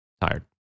tired